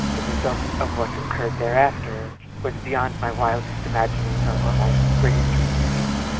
the result of what occurred thereafter but beyond my wildest imaginings or my greatest dreams, really.